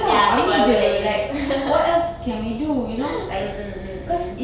ya take whatever there is mm mm mm mm